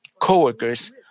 co-workers